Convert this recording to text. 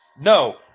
no